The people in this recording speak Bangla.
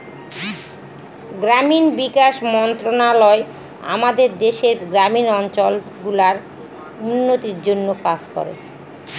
গ্রামীণ বিকাশ মন্ত্রণালয় আমাদের দেশের গ্রামীণ অঞ্চল গুলার উন্নতির জন্যে কাজ করে